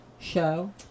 Show